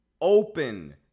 open